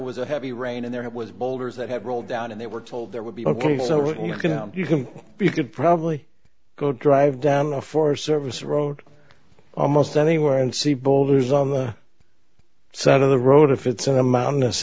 was a heavy rain and there it was boulders that had rolled down and they were told there would be only so what you can you can you could probably go drive down a forest service road almost anywhere and see boulders on the side of the road if it's in a mountainous